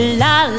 la